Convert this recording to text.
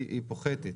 היא פוחתת.